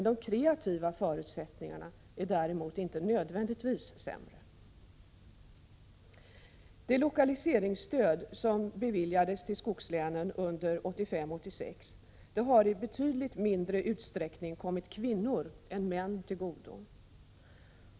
De kreativa förutsättningarna är däremot inte nödvändigtvis sämre. Det lokaliseringsstöd som skogslänen beviljades 1985/86 har i betydligt mindre utsträckning kommit kvinnor än män till godo.